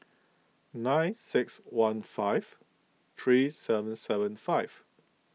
nine six one five three seven seven five